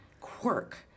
quirk